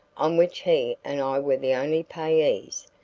on which he and i were the only payees,